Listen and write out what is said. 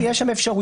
ויש שם אפשרויות,